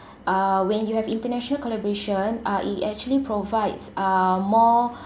uh when you have international collaboration uh it actually provides uh more